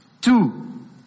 Two